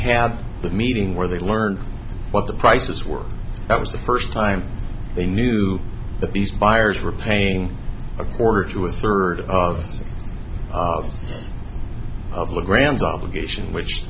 had that meeting where they learned what the prices were that was the first time they knew that these fires were paying a quarter to a third of us of a grams obligation which